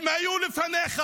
הם היו לפניך,